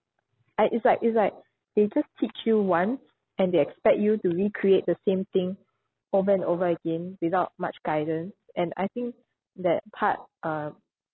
I it's like it's like they just teach you once and they expect you to recreate the same thing over and over again without much guidance and I think that part um